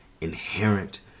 inherent